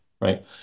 right